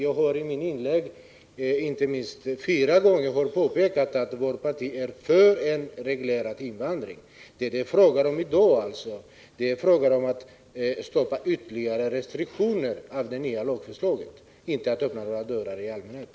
I mitt inlägg har jag minst fyra gånger påpekat att vårt parti är för en reglerad invandring. I dag är det fråga om att sätta stopp för ytterligare restriktioner, inte att öppna några nya dörrar.